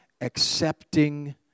accepting